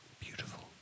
Beautiful